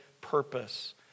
purpose